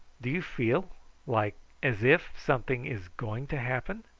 do you feel like as if something is going to happen?